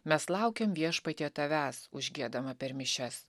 mes laukiam viešpatie tavęs užgiedama per mišias